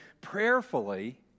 prayerfully